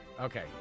Okay